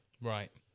Right